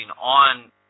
on